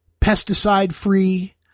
pesticide-free